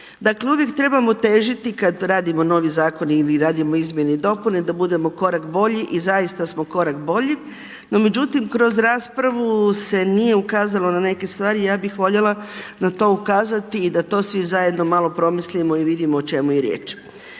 Dakle uvijek trebamo težiti kada radimo novi zakon ili radimo izmjene i dopune da budemo korak bolji i zaista smo korak bolji. No međutim kroz raspravu se nije ukazalo na neke stvari i ja bih voljela na to ukazati i da to svi zajedno malo promislimo i vidimo o čemu je riječ.